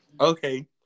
Okay